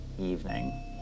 evening